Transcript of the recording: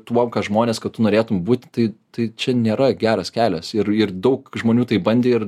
tuom žmonės kad tu norėtum būti tai tai čia nėra geras kelias ir ir daug žmonių taip bandė ir